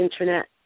internet